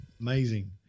amazing